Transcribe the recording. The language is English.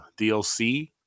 DLC